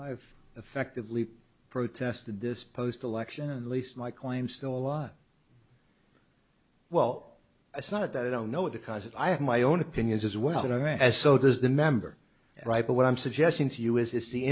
have effectively protested this post election and least my claim still alive well it's not that i don't know it because i have my own opinions as well or as so does the member right but what i'm suggesting to you is is the